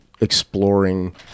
exploring